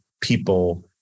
people